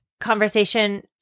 conversation